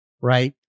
right